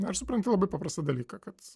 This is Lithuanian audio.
na ir supranti labai paprastą dalyką kad